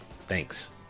Thanks